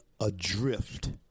adrift